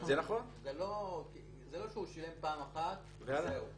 זה לא שהוא שילם פעם אחת וזהו,